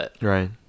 Right